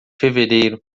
fevereiro